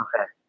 Okay